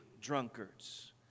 drunkards